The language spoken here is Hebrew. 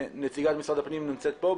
נציגת משרד הפנים כאן?